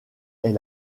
est